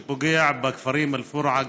שפוגע בכפרים אל-פורעה,